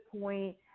point